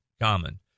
common